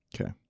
Okay